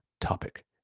topic